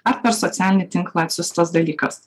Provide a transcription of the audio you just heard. ar per socialinį tinklą atsiųstas dalykas